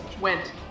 went